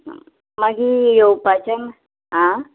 मागीर येवपाचें आं